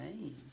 name